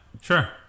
sure